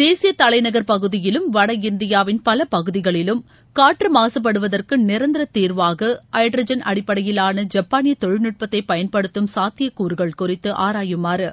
தேசிய தலைநகர் பகுதியிலும் வடஇந்தியாவின் பல பகுதிகளிலும் காற்று மாகபடுவதற்கு நிரந்தர தீர்வாக எஹ ட்ரஜன் அடிப்படையிலான ஜப்பானிய தொழில்நுட்பத்தை பயன்படுத்தும் சாத்தியக்கூறுகள் குறித்து ஆராயுமாறு